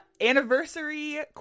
Anniversary